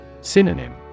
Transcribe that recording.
Synonym